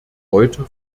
heute